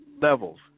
levels